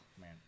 man